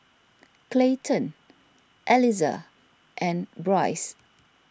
Clayton Eliza and Bryce